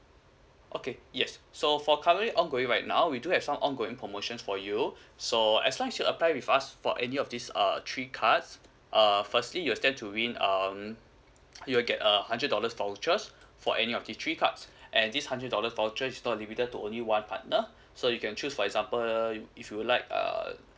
okay yes so for currently ongoing right now we do have some ongoing promotions for you so as long as you apply with us for any of this err three cards uh firstly you stand to win um you'll get a hundred dollars vouchers for any of these three cards and this hundred dollars voucher is not limited to only one partner so you can choose for example if you like err